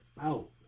out